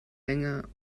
länger